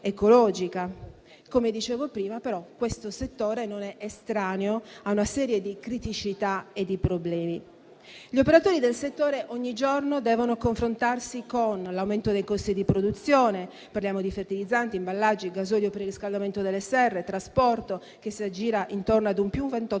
Come dicevo, però, questo settore non è estraneo a una serie di criticità e di problemi. Gli operatori del settore devono confrontarsi infatti ogni giorno con l'aumento dei costi di produzione. Parliamo di fertilizzanti, imballaggi, gasolio per il riscaldamento delle serre e trasporto che si aggira intorno ad un più 28